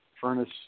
furnace